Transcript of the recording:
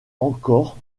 encore